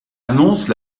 annonce